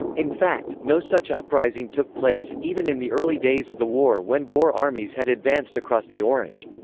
in fact, no such uprising took place, even in the early days of the war when boer armies had advanced across the orange.